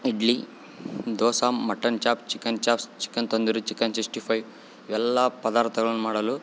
idli dosa mutton chop chicken chops chicken tandoori chicken sixty five ಎಲ್ಲಾ ಪದಾರ್ಥಗಳನ್ನು ಮಾಡಲು